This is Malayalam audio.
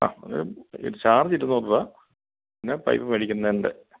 ആ അത് ചാര്ജ് ഇരുന്നൂറ് രൂപ പിന്നെ പൈപ്പ് മേടിക്കുന്നതിന്റെ